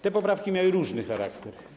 Te poprawki miały różny charakter.